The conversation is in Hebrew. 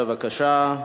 בבקשה.